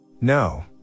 No